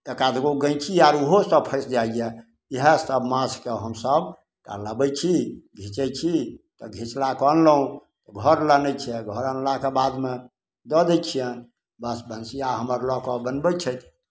एकाध गो गैंची आर ओहो सब फँसि जैए इएह सब माछके हमसब लबैत छी घींचैत छी तऽ घींचलाके अनलहुँ घर लनैत छियै आ घर अनलाके बादमे दऽ दै छिअनि बस भंसिआ हमर लऽ कऽ बनबैत छथि